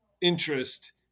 interest